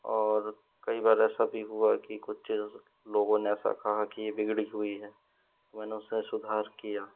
और कई बार ऐसा भी हुआ कि कुछ चीज़ लोगों ने ऐसा कहा कि ये बिगड़ी हुई हैं मैंने उसे सुधार किया